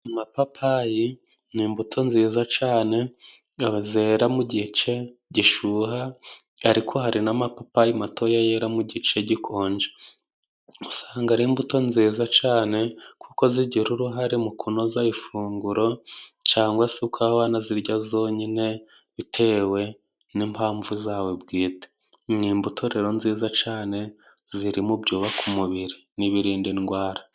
Amapapayi ni imbuto nziza cane zera mu gice gishyuha, ariko hari n'amapapayi matoya yera mu gice gikonja. Usanga ari imbuto nziza cane kuko zigira uruhare mu kunoza ifunguro cangwa se ukaba wanazirya zonyine, bitewe n'impamvu zawe bwite. Ni imbuto rero nziza cane zirimo ibyubaka umubiri n'ibirinda indwara.